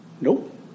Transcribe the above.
Nope